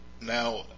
now